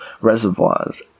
reservoirs